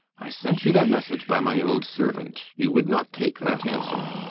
i sent you that message by my old servant. you would not take that answer.